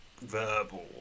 verbal